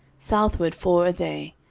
southward four a day,